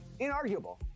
inarguable